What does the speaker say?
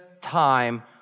time